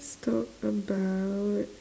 talk about